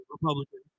Republican